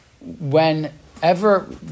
whenever